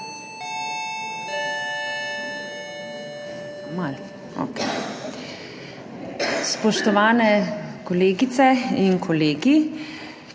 spoštovane kolegice in kolegi!